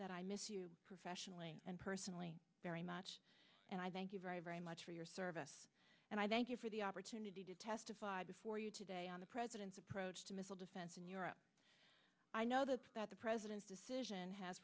that i miss you professionally and personally very much and i thank you very very much for your service and i thank you for the opportunity to testify before you today on the president's approach to missile defense and i know that the president's decision has